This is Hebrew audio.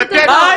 חסרה לך במה?